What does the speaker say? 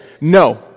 No